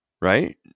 right